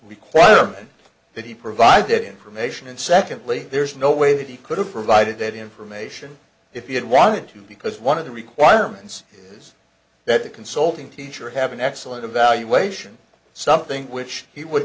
requirement that he provide that information and secondly there's no way that he could have provided that information if he had wanted to because one of the requirements is that the consulting teacher have an excellent evaluation something which he would